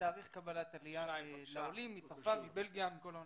לתאריך עלייה לעולים מצרפת, מבלגיה, מכל העולם.